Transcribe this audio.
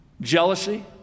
jealousy